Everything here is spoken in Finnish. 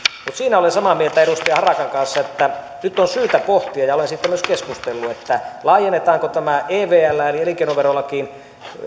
mutta siinä olen samaa mieltä edustaja harakan kanssa että nyt on syytä pohtia ja olen siitä myös keskustellut laajennetaanko tätä evlään eli elinkeinoverolakiin